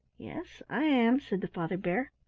yes, i am, said the father bear.